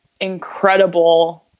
incredible